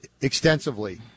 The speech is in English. extensively